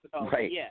Right